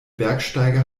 bergsteiger